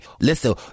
listen